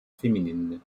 féminines